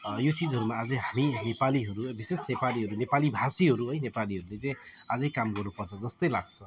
यो चिजहरूमा अझै हामी नेपालीहरू विशेष नेपालीहरू नेपालीभाषीहरू है नेपालीहरूले चाहिँ अझै काम गर्नुपर्छ जस्तै लाग्छ